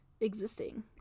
existing